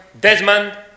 Desmond